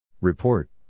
Report